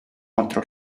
contro